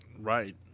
Right